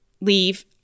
leave